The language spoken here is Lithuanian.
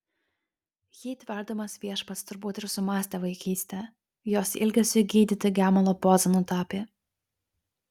jį tverdamas viešpats turbūt ir sumąstė vaikystę jos ilgesiui gydyti gemalo pozą nutapė